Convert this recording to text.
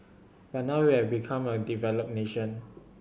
but now we have become a developed nation